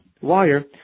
wire